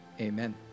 Amen